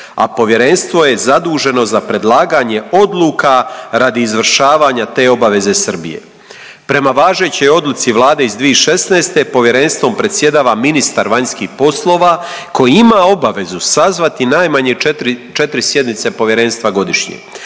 a povjerenstvo je zaduženo za predlaganje odluka radi izvršavanja te obaveze Srbije. Prema važećoj odluci Vlade iz 2016. Povjerenstvom predsjedava ministar vanjskih poslova koji ima obavezu sazvati najmanje 4 sjednice Povjerenstva godišnje.